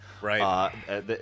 Right